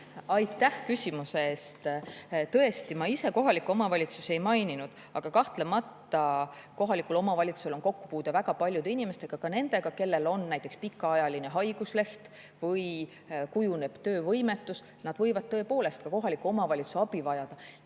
Aitäh küsimuse eest! Tõesti, ma kohalikke omavalitsusi ei maininud, aga kahtlemata kohalikel omavalitsustel on kokkupuude väga paljude inimestega, ka nendega, kellel on pikaajaline haigusleht või kujunema hakanud töövõimetus. Nad võivad tõepoolest ka kohaliku omavalitsuse abi vajada.